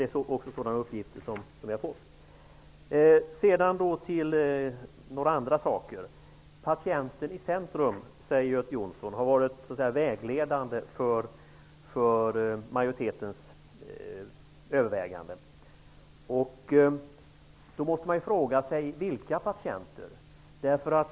Det är också den uppgift som vi har fått. Sedan till några andra saker. Patienten i centrum har varit vägledande för majoritetens överväganden, sade Göte Jonsson. Då måste man fråga sig: Vilka patienter?